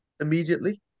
immediately